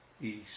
east